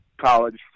college